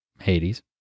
Hades